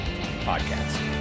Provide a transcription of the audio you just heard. podcast